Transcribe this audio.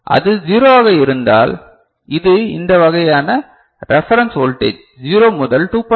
அது 0 ஆக இருந்தால் இது இந்த வகையான ரெஃபரன்ஸ் வோல்டேஜ் 0 முதல் 2